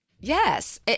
Yes